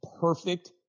perfect